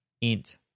int